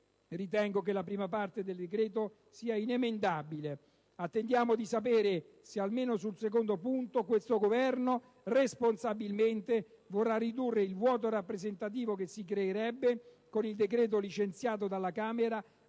ritengo la prima parte del decreto inemendabile. Attendiamo di sapere se almeno sul secondo punto questo Governo, responsabilmente, vorrà ridurre il vuoto rappresentativo che si creerebbe con il decreto licenziato dalla Camera,